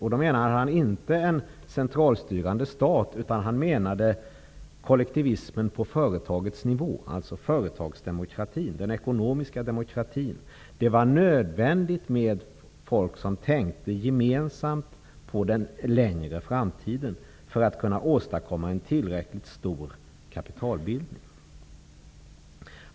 Han menade då inte en centralstyrande stat utan kollektivismen på företagets nivå, alltså företagsdemokratin eller den ekonomiska demokratin. Det var nödvändigt att det fanns människor som tänkte gemensamt och mera långsiktigt på framtiden för att kunna åstadkomma en tillräckligt stor kapitalbildning.